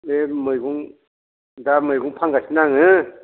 बे मैगं दा मैगं फानगासिनो आङो